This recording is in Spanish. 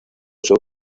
usó